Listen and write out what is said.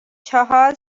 چهار